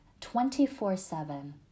24-7